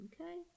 okay